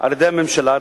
על-ידי הממשלה.